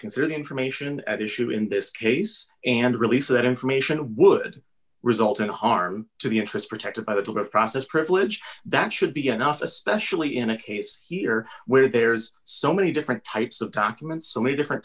consider the information at issue in this case and release that information would result in harm to the interest protected by the tool of process privilege that should be enough especially in a case here where there's so many different types of documents so many different